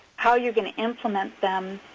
how you're going to implement them,